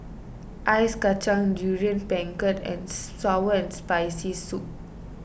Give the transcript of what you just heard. Ice Kachang Durian Pengat and Sour Spicy Soup